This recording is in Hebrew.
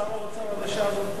שר האוצר עד השעה הזאת פה.